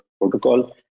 protocol